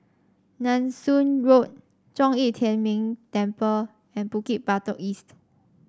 Nanson Road Zhong Yi Tian Ming Temple and Bukit Batok East